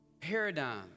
Paradigm